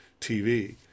TV